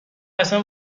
اصلا